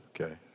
Okay